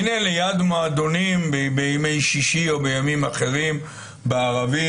שהינה ליד מועדונים בימי שישי או מימים אחרים בערבים,